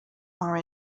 are